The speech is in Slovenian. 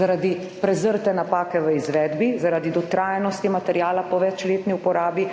zaradi prezrte napake v izvedbi, zaradi dotrajanosti materiala po večletni uporabi,